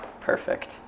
Perfect